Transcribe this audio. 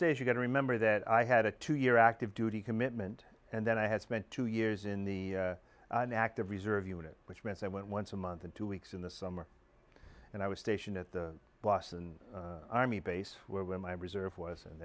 days you got to remember that i had a two year active duty commitment and then i had spent two years in the an active reserve unit which meant i went once a month and two weeks in the summer and i was stationed at the boston army base where when my reserve was and